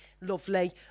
lovely